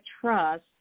trust